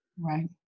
right